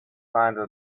climbed